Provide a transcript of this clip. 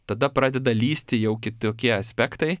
tada pradeda lįsti jau kitokie aspektai